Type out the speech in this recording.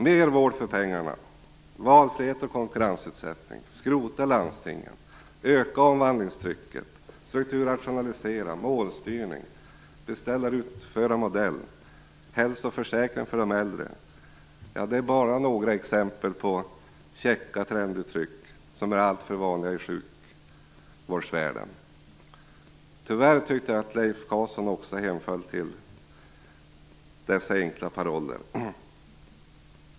Mer vård för pengarna, valfrihet och konkurrensutsättning, skrota landstingen, öka omvandlingstrycket, strukturrationalisera, målstyrning, beställar-utförarmodell, hälsoförsäkring för de äldre är bara några exempel på käcka trenduttryck som är alltför vanliga i sjukvårdsvärlden. Tyvärr tyckte jag att Leif Carlson också hemföll åt dessa enkla paroller.